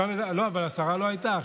לא, אבל השרה לא הייתה.